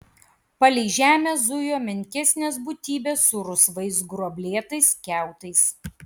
palei žemę zujo menkesnės būtybės su rusvais gruoblėtais kiautais